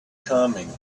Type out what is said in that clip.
coming